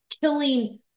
killing